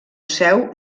seu